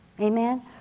Amen